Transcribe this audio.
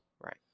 Right